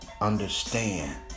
understand